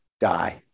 die